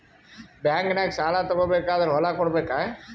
ಬ್ಯಾಂಕ್ನಾಗ ಸಾಲ ತಗೋ ಬೇಕಾದ್ರ್ ಹೊಲ ಕೊಡಬೇಕಾ?